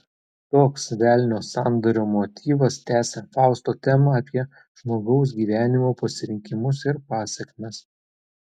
toks velnio sandorio motyvas tęsia fausto temą apie žmogaus gyvenimo pasirinkimus ir pasekmes